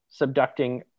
subducting